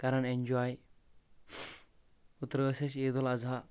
کران ایٚنجاے اوترٕ ٲس اسہِ عید الاضحی